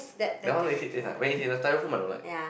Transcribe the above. that one make it taste like when it's in the Styrofoam I don't like